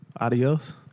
Adios